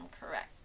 correct